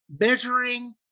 measuring